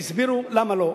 הסבירו למה לא.